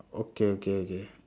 okay okay okay